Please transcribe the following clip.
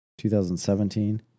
2017